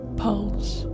pulse